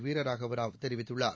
வீரராகவராவ் தெரிவித்துள்ளார்